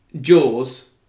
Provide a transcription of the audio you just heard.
Jaws